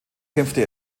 kämpfte